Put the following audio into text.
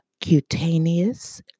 cutaneous